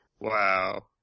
Wow